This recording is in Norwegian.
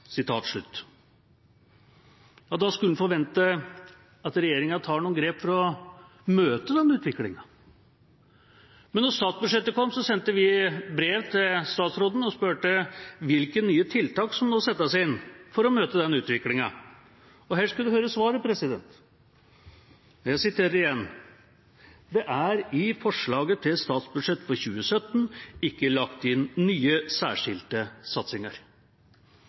Da skulle man forvente at regjeringa tar noen grep for å møte denne utviklingen. Men da statsbudsjettet kom, sendte vi brev til statsråden og spurte hvilke nye tiltak som nå settes inn for å møte den utviklingen. Her er svaret: «Det er i forslaget til statsbudsjett for 2017 ikke lagt inn nye særskilte satsinger.»